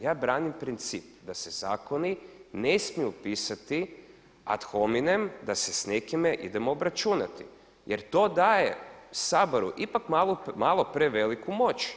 Ja branim princip da se zakoni ne smiju pisati ad hominem, da se s nekime idemo obračunati jer to daje Saboru ipak malo preveliku moć.